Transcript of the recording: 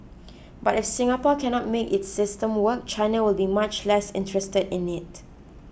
but if Singapore cannot make its system work China will be much less interested in it